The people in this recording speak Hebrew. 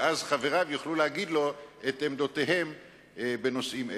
ואז חבריו יוכלו להגיד לו את עמדותיהם בנושאים אלה.